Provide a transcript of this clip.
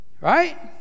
right